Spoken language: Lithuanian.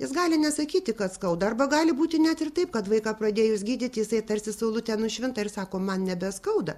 jis gali nesakyti kad skauda arba gali būti net ir taip kad vaiką pradėjus gydyti jisai tarsi saulutė nušvinta ir sako man nebeskauda